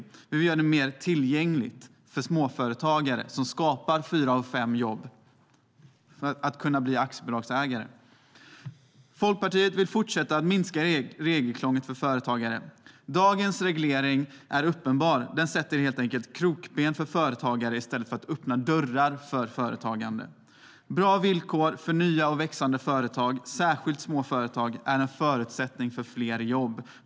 Vi vill göra det mer tillgängligt för småföretagare, som skapar fyra av fem jobb, att kunna bli aktiebolagsägare. Folkpartiet vill fortsätta att minska regelkrånglet för företagare. Dagens reglering är uppenbart krånglig. Den sätter krokben för företagare i stället för att öppna dörrar för företagande. Bra villkor för nya och växande företag, särskilt små företag, är en förutsättning för fler jobb.